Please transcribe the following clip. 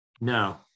No